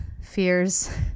fears